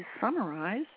summarize